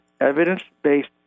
evidence-based